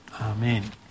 Amen